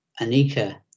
Anika